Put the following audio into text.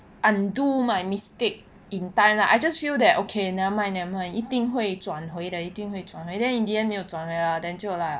undo my mistake in time lah I just feel that okay nevermind nevermind 一定会转回的一定会转回 then in the end 没有转回 ah then 就 like